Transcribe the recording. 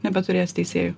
nebeturės teisėjų